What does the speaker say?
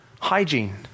Hygiene